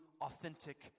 authentic